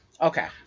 Okay